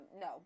no